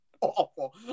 awful